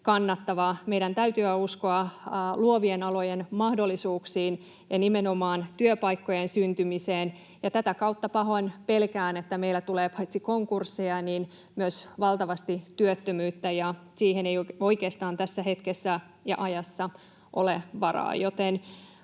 kannattava. Meidän täytyy uskoa luovien alojen mahdollisuuksiin ja nimenomaan työpaikkojen syntymiseen, ja pahoin pelkään, että tätä kautta meillä tulee paitsi konkursseja myös valtavasti työttömyyttä. Siihen ei oikeastaan tässä hetkessä ja ajassa ole varaa,